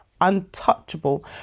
untouchable